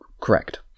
Correct